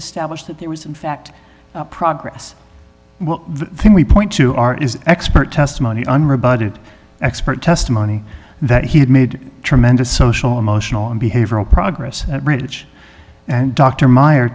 establish that there was a fact progress well the thing we point to our is expert testimony unrebutted expert testimony that he had made tremendous social emotional and behavioral progress at ridge and dr meyer